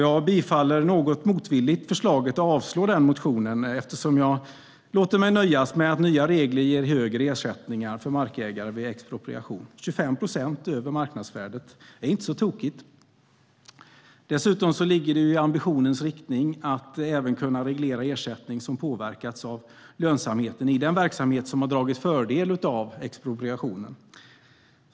Jag bifaller något motvilligt förslaget att avslå motionen och låter mig nöjas med att nya regler ger högre ersättningar för markägare vid expropriation. 25 procent över marknadsvärdet är inte så tokigt. Dessutom ligger det i ambitionens riktning att även kunna reglera ersättning som påverkats av lönsamheten i den verksamhet som har dragit fördel av expropriationen.